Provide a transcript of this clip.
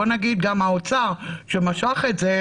בוא נגיד גם האוצר שמשך את זה,